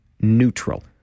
neutral